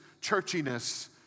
churchiness